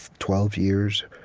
twelve years